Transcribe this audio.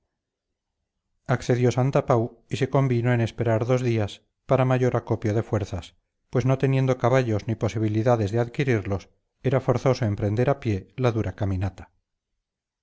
accedió santapau y se convino en esperar dos días para mayor acopio de fuerzas pues no teniendo caballos ni posibilidades de adquirirlos era forzoso emprender a pie la dura caminata